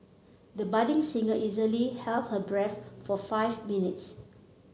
the budding singer easily held her breath for five minutes